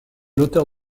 l’auteur